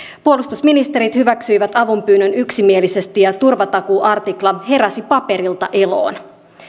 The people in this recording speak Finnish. puolustusministerit hyväksyivät avunpyynnön yksimielisesti ja turvatakuuartikla heräsi paperilta eloon